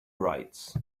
rights